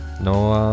No